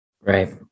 Right